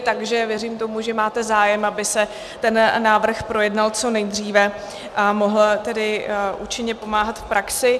Takže věřím tomu, že máte zájem, aby se ten návrh projednal co nejdříve a mohl tedy účinně pomáhat v praxi.